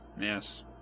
Yes